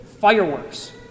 fireworks